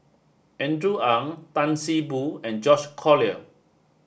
Andrew Ang Tan See Boo and George Collyer